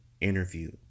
interview